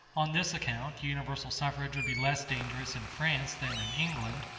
on this account universal suffrage would be less dangerous in france than in england,